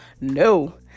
No